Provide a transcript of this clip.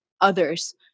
others